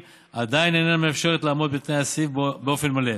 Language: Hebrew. עדיין איננה מאפשרת לעמוד בתנאי הסעיף באופן מלא,